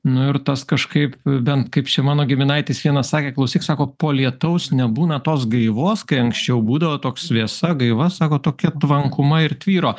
nu ir tas kažkaip bent kaip čia mano giminaitis vienas sakė klausyk sako po lietaus nebūna tos gaivos kai anksčiau būdavo toks vėsa gaiva sako tokia tvankuma ir tvyro